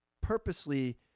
purposely